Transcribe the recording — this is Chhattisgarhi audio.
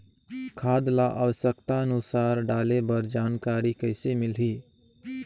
खाद ल आवश्यकता अनुसार डाले बर जानकारी कइसे मिलही?